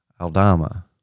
Aldama